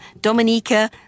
Dominica